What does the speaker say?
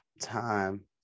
time